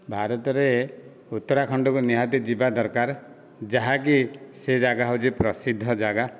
ଭାରତରେ ଉତ୍ତରାଖଣ୍ଡକୁ ନିହାତି ଯିବା ଦରକାର ଯାହାକି ସେ ଜାଗା ହେଉଛି ପ୍ରସିଦ୍ଧ ଜାଗା